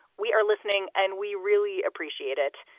we are listening and we really appreciate it.